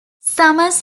summers